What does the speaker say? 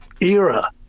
era